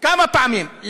כמה פעמים.